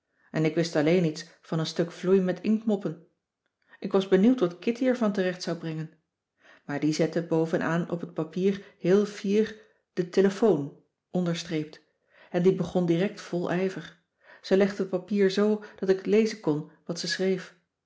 en ik wist alleen iets van een stuk vloei met inktmoppen ik was benieuwd wat kitty er van terecht zou brengen maar die zette boven aan op het papier heel fier de telefoon onderstreept en die begon direct vol ijver ze legde het papier zoo dat ik lezen kon wat ze schreef